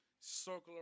circle